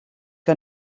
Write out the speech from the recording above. que